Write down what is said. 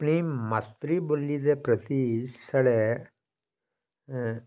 अपनी मातृ बोल्ली दे प्रति साढ़ै